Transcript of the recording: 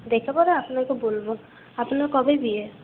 দেখে পরে আপনাকে বলবো আপনার কবে বিয়ে